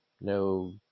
no